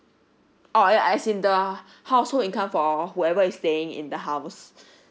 uh yeah as in the household income for whoever is staying in the house